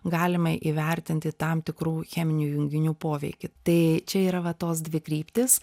galime įvertinti tam tikrų cheminių junginių poveikį tai čia yra va tos dvi kryptys